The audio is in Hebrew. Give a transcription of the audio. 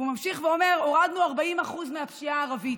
והוא ממשיך ואומר: הורדנו 40% מהפשיעה הערבית.